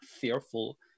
fearful